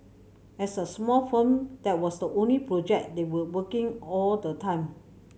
as a small firm that was the only project they were working all the time